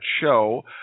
show